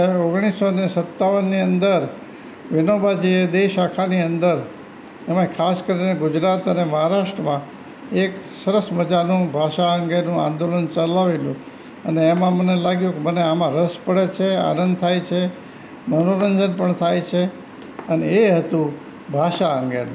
ઓગણીસોને સત્તાવનની અંદર વિનોબાજીએ દેશ આખાની અંદર એમાંય ખાસ કરીને ગુજરાત અને મહારાષ્ટ્રમાં એક સરસ મજાનું ભાષા અંગેનું આંદોલન ચલાવેલું અને એમાં મને લાગ્યું કે મને આમાં રસ પડે છે આનંદ થાય છે મનોરંજન પણ થાય છે અને એ હતું ભાષા અંગેનું